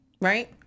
Right